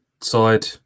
side